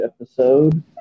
episode